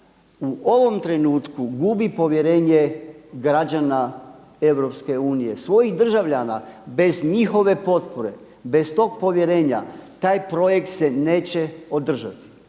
u ovom trenutku gubi povjerenje građana EU, svojih državljana. Bez njihove potpore, bez tog povjerenja taj projekt se neće održati,